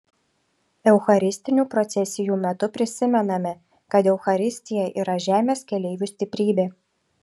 eucharistinių procesijų metu prisimename kad eucharistija yra žemės keleivių stiprybė